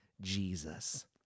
Jesus